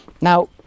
Now